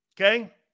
Okay